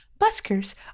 Buskers